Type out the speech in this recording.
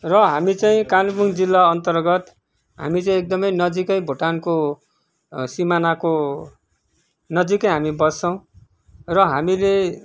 र हामी चाहिँ कालेपुङ जिल्ला अन्तर्गत हामी चाहिँ एकदमै नजिकै भुटानको सिमानाको नजिकै हामी बस्छौँ र हामीले